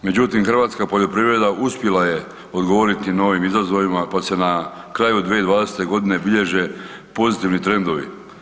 Međutim, hrvatska poljoprivreda uspjela je odgovoriti novim izazovima pa se na kraju 2020.-te godine bilježe pozitivni trendovi.